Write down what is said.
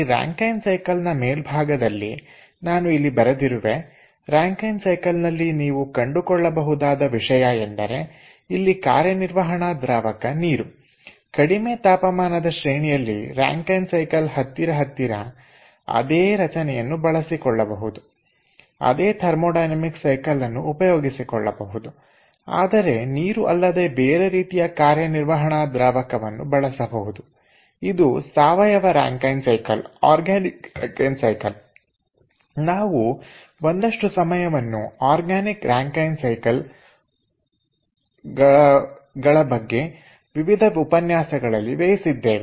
ಈ Rankine cycle ನ ಮೇಲ್ಬಾಗದಲ್ಲಿ ನಾನು ಇಲ್ಲಿ ಬರೆದಿರುವ ರಾಂಕೖೆನ್ ಸೈಕಲ್ ನಲ್ಲಿ ನೀವು ಕಂಡುಕೊಳ್ಳಬಹುದಾದ ವಿಷಯ ಎಂದರೆ ಇಲ್ಲಿ ಕಾರ್ಯನಿರ್ವಾಹಕ ದ್ರಾವಕ ನೀರು ಕಡಿಮೆ ತಾಪಮಾನದ ಶ್ರೇಣಿಯಲ್ಲಿ ರಾಂಕೖೆನ್ ಸೈಕಲ್ ಹತ್ತಿರ ಹತ್ತಿರ ಅದೇ ರಚನೆಯನ್ನು ಬಳಸಿಕೊಳ್ಳಬಹುದು ಅದೇ ಥರ್ಮೊಡೈನಮಿಕ್ ಸೈಕಲ್ ಅನ್ನು ಉಪಯೋಗಿಸಿಕೊಳ್ಳಬಹುದು ಆದರೆ ನೀರು ಅಲ್ಲದೆ ಬೇರೆ ರೀತಿಯ ಕಾರ್ಯನಿರ್ವಹಣ ದ್ರಾವಕವನ್ನು ಬಳಸಬಹುದು ಇದು ಆರ್ಗಾನಿಕ್ ರಾಂಕೖೆನ್ ಸೈಕಲ್ ನಾವು ಒಂದಷ್ಟು ಸಮಯವನ್ನು ಆರ್ಗಾನಿಕ್ ರಾಂಕೖೆನ್ ಸೈಕಲ್ನಾ ಬಗ್ಗೆ ತಿಳಿಯಲು ಉಪನ್ಯಾಸದಲ್ಲಿ ಒಂದಷ್ಟು ಸಮಯವನ್ನು ವಿನಿಯೋಗಿಸಲಿದ್ದೇವೆ